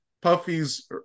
Puffy's